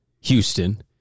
Houston